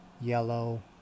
yellow